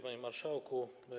Panie Marszałku!